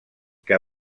que